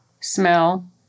smell